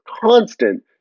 constant